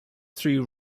through